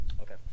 Okay